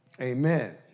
Amen